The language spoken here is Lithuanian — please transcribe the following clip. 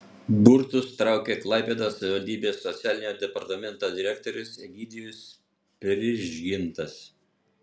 burtus traukė klaipėdos savivaldybės socialinio departamento direktorius egidijus prižgintas